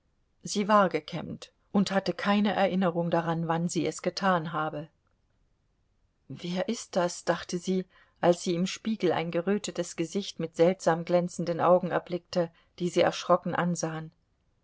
sie war gekämmt und hatte keine erinnerung daran wann sie es getan habe wer ist das dachte sie als sie im spiegel ein gerötetes gesicht mit seltsam glänzenden augen erblickte die sie erschrocken ansahen